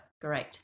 great